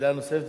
שאלה נוספת?